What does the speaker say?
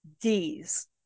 D's